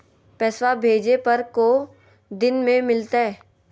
पैसवा भेजे पर को दिन मे मिलतय?